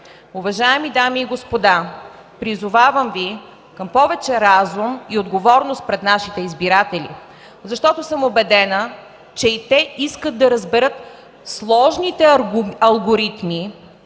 Уважаеми дами и господа, призовавам Ви към повече разум и отговорност пред нашите избиратели, защото съм убедена, че и те искат да разберат сложните алгоритми